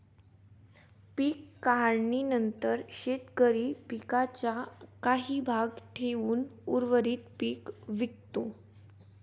पीक काढणीनंतर शेतकरी पिकाचा काही भाग ठेवून उर्वरित पीक विकतो